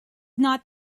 not